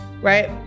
right